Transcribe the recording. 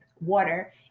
water